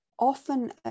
often